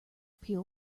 peel